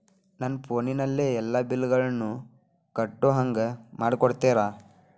ನನ್ನ ಫೋನಿನಲ್ಲೇ ಎಲ್ಲಾ ಬಿಲ್ಲುಗಳನ್ನೂ ಕಟ್ಟೋ ಹಂಗ ಮಾಡಿಕೊಡ್ತೇರಾ?